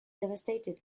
devastated